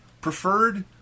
Preferred